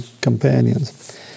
companions